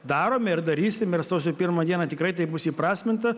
darom ir darysim ir sausio pirmą dieną tikrai tai bus įprasminta